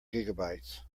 gigabytes